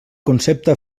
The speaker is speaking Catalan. concepte